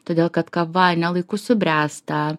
todėl kad kava ne laiku subręsta